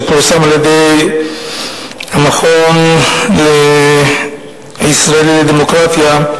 שפורסם על-ידי המכון הישראלי לדמוקרטיה,